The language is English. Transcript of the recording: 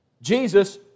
Jesus